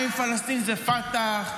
האם פלסטין זה פתח?